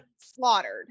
slaughtered